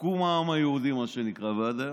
קום העם היהודי, מה שנקרא, ועד היום.